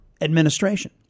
administration